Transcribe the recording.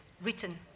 written